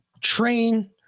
train